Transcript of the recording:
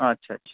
আচ্ছা আচ্ছা